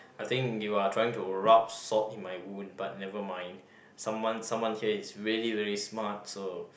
I think you are trying to rub salt in my wound but nevermind someone someone here is really really smart so